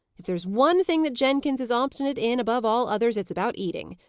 if there's one thing that jenkins is obstinate in, above all others, it's about eating.